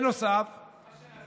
מה שאתה